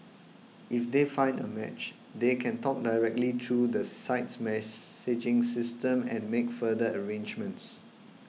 if they find a match they can talk directly through the site's messaging system and make further arrangements